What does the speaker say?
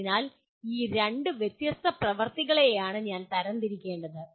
അതിനാൽ ഈ രണ്ട് വ്യത്യസ്ത പ്രവൃത്തികളെയാണ് ഞാൻ തരംതിരിക്കേണ്ടത്